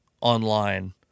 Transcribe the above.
online